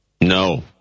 No